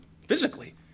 physically